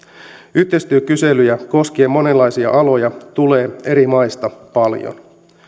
yhteistyökyselyjä koskien monenlaisia aloja tulee eri maista paljon